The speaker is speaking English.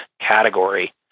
category